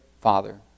father